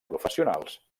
professionals